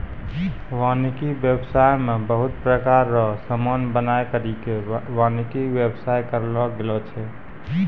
वानिकी व्याबसाय मे बहुत प्रकार रो समान बनाय करि के वानिकी व्याबसाय करलो गेलो छै